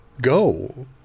go